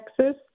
Texas